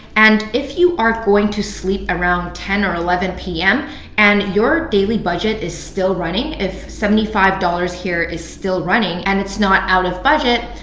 and if you are going to sleep around ten or eleven pm and your daily budget is still running, if seventy five dollars here is still running, and it's not out of budget,